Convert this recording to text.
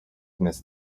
missed